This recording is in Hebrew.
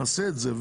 נעשה את זה.